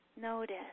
Notice